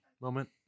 moment